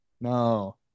No